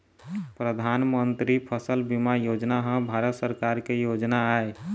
परधानमंतरी फसल बीमा योजना ह भारत सरकार के योजना आय